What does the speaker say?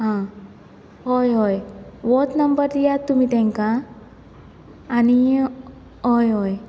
आं हय हय होत नंबर दियात तुमी तेंका आनी हय हय